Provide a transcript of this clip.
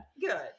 Good